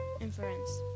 inference